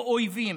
או אויבים,